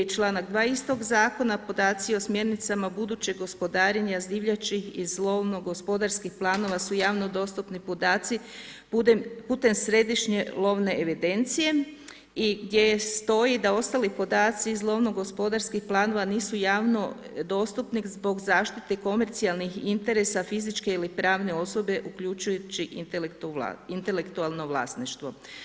I članak 2. istog zakona: podaci o smjernicama budućeg gospodarenje s divljači iz lovno-gospodarskih planova su javno dostupni podaci putem središnje lovne agencije i gdje stoji da ostali podaci iz lovno gospodarskih planova nisu javno dostupni zbog zaštite komercijalnih interesa fizičke ili pravne osobe uključujući intelektualno vlasništvo.